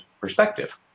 perspective